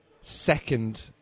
Second